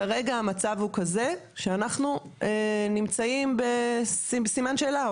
כרגע המצב הוא כזה שאנחנו נמצאים בסימן שאלה,